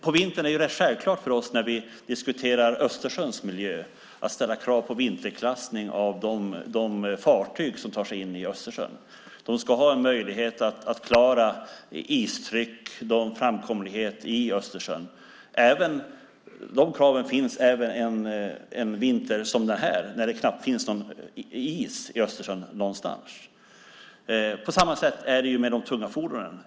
På vintern är det självklart för oss när vi diskuterar Östersjöns miljö att ställa krav på vinterklassning av de fartyg som tar sig in i Östersjön. De ska ha en möjlighet att klara istryck och framkomligheten i Östersjön. De kraven finns även en vinter som denna, när det knappt finns någon is i Östersjön någonstans. På samma sätt är det med de tunga fordonen.